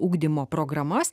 ugdymo programas